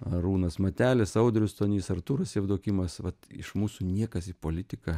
arūnas matelis audrius stonys artūras jevdokimas vat iš mūsų niekas į politiką